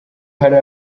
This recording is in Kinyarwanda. hari